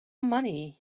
money